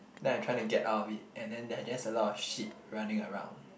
then I trying to get out of it and then there are just a lot of sheep running around